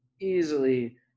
easily